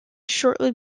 shortly